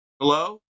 Hello